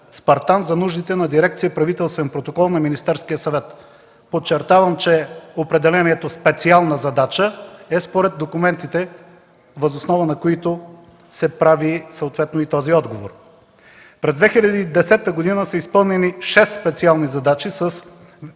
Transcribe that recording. за нуждите на дирекция „Правителствен протокол” на Министерския съвет. Подчертавам, че определението „специална задача” е според документите, въз основа на които се прави съответно и този отговор. През 2010 г. са изпълнени шест специални задачи с